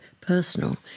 personal